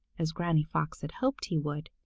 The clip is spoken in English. as granny fox had hoped he would.